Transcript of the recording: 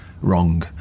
wrong